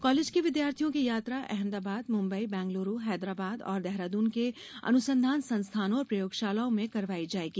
college के विद्यार्थियों की यात्रा अहमदाबाद मुम्बई बैंगलुरू हैदराबाद और देहरादून के अनुसंधान संस्थानों और प्रयोगशालाओं में करवाई जायेगी